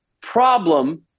problem